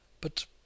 But